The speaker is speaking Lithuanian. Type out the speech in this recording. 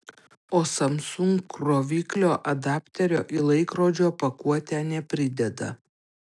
o samsung kroviklio adapterio į laikrodžio pakuotę neprideda